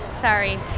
Sorry